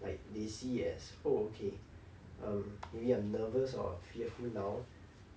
like they see it as oh okay I'm maybe I'm nervous or fearful now